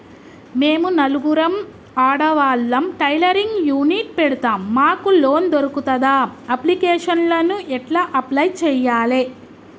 మేము నలుగురం ఆడవాళ్ళం టైలరింగ్ యూనిట్ పెడతం మాకు లోన్ దొర్కుతదా? అప్లికేషన్లను ఎట్ల అప్లయ్ చేయాలే?